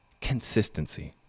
consistency